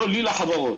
לא לי, לחברות.